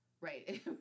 Right